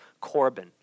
Corbin